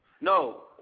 No